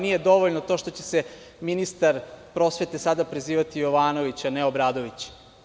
Nije dovoljno to što će se ministar prosvete sada prezivati Jovanović, a ne Obradović.